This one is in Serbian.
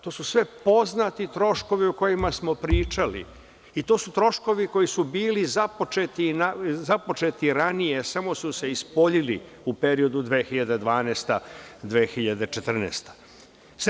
To su sve poznati troškovi o kojima smo pričali i to su troškovi koji su bili započeti ranije, samo su se ispoljili u periodu 2012-2014. godina.